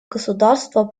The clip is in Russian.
государства